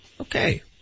Okay